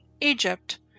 Egypt